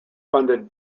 funded